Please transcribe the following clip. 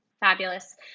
Fabulous